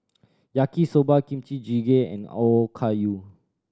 Yaki Soba Kimchi Jjigae and Okayu